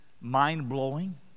mind-blowing